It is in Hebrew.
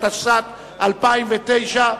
התשס"ט 2009,